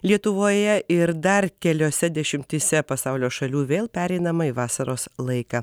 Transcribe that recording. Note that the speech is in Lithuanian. lietuvoje ir dar keliose dešimtyse pasaulio šalių vėl pereinama į vasaros laiką